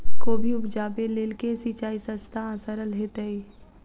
कोबी उपजाबे लेल केँ सिंचाई सस्ता आ सरल हेतइ?